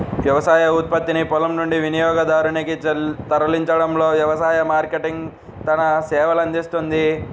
వ్యవసాయ ఉత్పత్తిని పొలం నుండి వినియోగదారునికి తరలించడంలో వ్యవసాయ మార్కెటింగ్ తన సేవలనందిస్తుంది